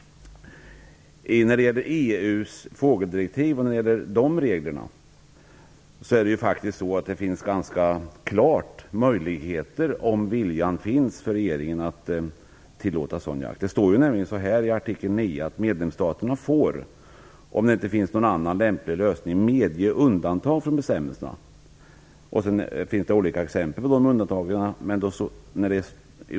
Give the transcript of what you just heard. När det gäller EU:s fågeldirektiv och regler finns det ganska klart möjligheter för regeringen, om viljan finns, att tillåta en sådan jakt. Det står nämligen i artikel 9 att medlemsstaterna får, om det inte finns någon annan lämplig lösning, medge undantag från bestämmelserna. Det ges olika exempel på undantag.